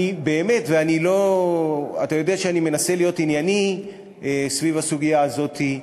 אתה יודע שאני מנסה להיות ענייני סביב הסוגיה הזאת,